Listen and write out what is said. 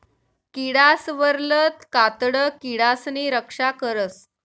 किडासवरलं कातडं किडासनी रक्षा करस